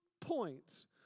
points